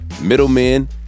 middlemen